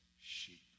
sheep